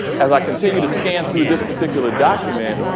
as i continue to scan through this particular document,